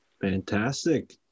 Fantastic